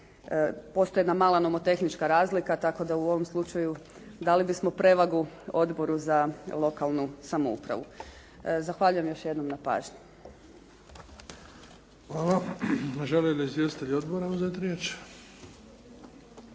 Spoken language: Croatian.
Postoji jedna mala nomotehnička razlika tako da u ovom slučaju dali bismo prevagu Odboru za lokalnu samoupravu. Zahvaljujem još jednom na pažnji. **Bebić, Luka (HDZ)** Hvala. Žele